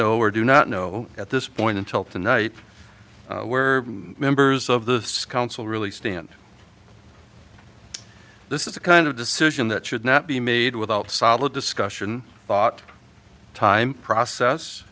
know or do not know at this point until tonight where members of the sconce will really stand this is the kind of decision that should not be made without solid discussion thought time process